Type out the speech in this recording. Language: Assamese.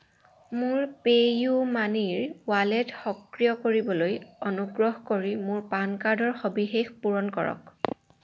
মোৰ পে' ইউ মানিৰ ৱালেট সক্ৰিয় কৰিবলৈ অনুগ্ৰহ কৰি মোৰ পান কাৰ্ডৰ সবিশেষ পূৰণ কৰক